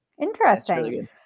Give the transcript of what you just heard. Interesting